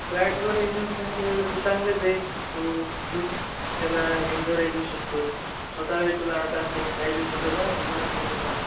फ्लॅटवर investment केलं तर तर चांगलेच आहे तू घेऊन त्याला रेंटवरही देऊ शकतो स्वतःय तुला आता असंही पाहिजेच होतं ना तुम्हाला सुद्धा